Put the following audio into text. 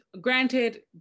granted